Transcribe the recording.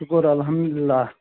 شُکُر الحمدُاللہ